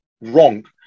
wrong